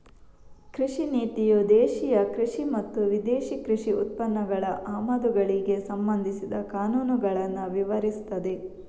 ಕೃಷಿ ನೀತಿಯು ದೇಶೀಯ ಕೃಷಿ ಮತ್ತು ವಿದೇಶಿ ಕೃಷಿ ಉತ್ಪನ್ನಗಳ ಆಮದುಗಳಿಗೆ ಸಂಬಂಧಿಸಿದ ಕಾನೂನುಗಳನ್ನ ವಿವರಿಸ್ತದೆ